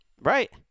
Right